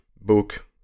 book